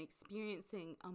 experiencing